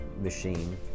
machine